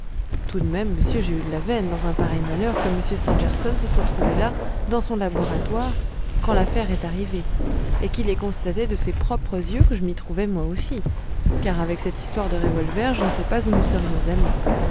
tout de même monsieur j'ai eu de la veine dans un pareil malheur que m stangerson se soit trouvé là dans son laboratoire quand l'affaire est arrivée et qu'il ait constaté de ses propres yeux que je m'y trouvais moi aussi car avec cette histoire de revolver je ne sais pas où nous serions allés